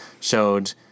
showed